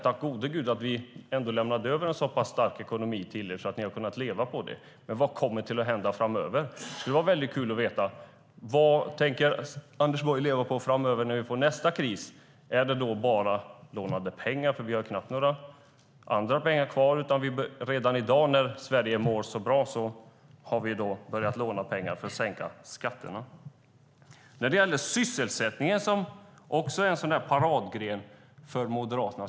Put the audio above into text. Tack gode Gud för att vi lämnade över en sådan stark ekonomi till er som ni har kunnat leva på. Men vad kommer att hända framöver? Det vore kul att veta. Vad tänker Anders Borg leva på under nästa kris? Blir det bara lånade pengar? Vi har ju knappt några pengar kvar, och redan i dag när Sverige mår bra har ni börjat låna pengar för att sänka skatter. Sysselsättningen är en annan paradgren för Moderaterna.